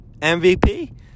MVP